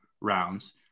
rounds